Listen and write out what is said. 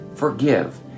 Forgive